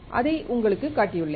அதை உங்களுக்குக் காட்டியுள்ளேன்